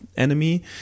enemy